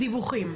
דיווחים.